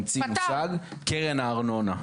המציא מושג "קרן הארנונה".